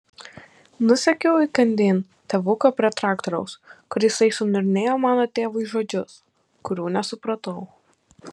nusekiau įkandin tėvuko prie traktoriaus kur jisai suniurnėjo mano tėvui žodžius kurių nesupratau